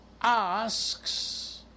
asks